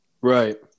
Right